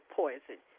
poison